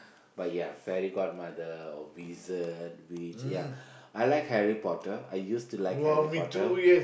but ya fairy god mother or wizard witch ya I like Harry-Potter I used to like Harry-Potter